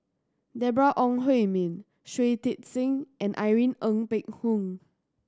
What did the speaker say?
Deborah Ong Hui Min Shui Tit Sing and Irene Ng Phek Hoong